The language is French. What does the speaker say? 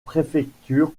préfecture